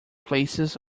places